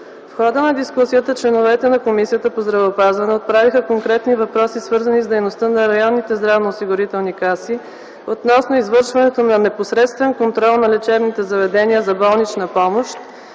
В хода на дискусията членовете на Комисията по здравеопазването отправиха конкретни въпроси, свързани с дейността на РЗОК, относно извършването на непосредствен контрол на лечебните заведения за болнична помощ